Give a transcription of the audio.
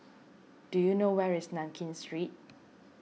do you know where is Nankin Street